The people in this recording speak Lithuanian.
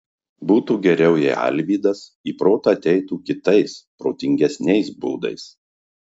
būtų geriau jei alvydas į protą ateitų kitais protingesniais būdais